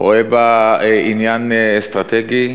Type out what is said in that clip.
רואה בה עניין אסטרטגי,